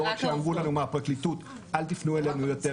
לא רק שאמרו לנו מהפרקליטות 'אל תפנו אלינו יותר,